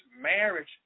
marriage